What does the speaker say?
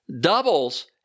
doubles